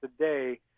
today